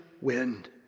wind